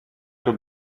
τον